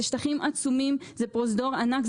אלה שטחים עצומים, זה פרוזדור ענק.